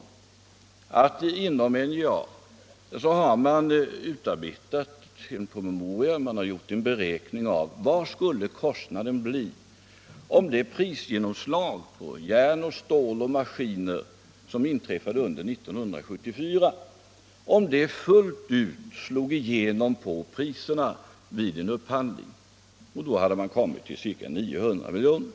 Jag framhöll då att man inom NJA hade gjort en beräkning av hur stora kostnaderna skulle bli, om det prisgenomslag på järn, stål och maskiner som inträffade under 1974 slog igenom fullt ut på priserna vid en upphandling. Vid de beräkningarna hade man kommit fram till ca 900 miljoner.